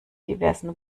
diversen